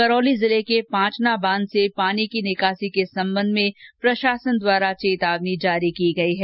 करौली जिले के पांचना बांध से पानी की निकासी के संबंध में प्रशासन द्वारा चेतावनी जारी की गई है